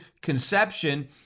conception